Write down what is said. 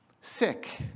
sick